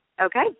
Okay